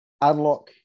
unlock